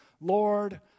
Lord